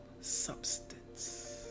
substance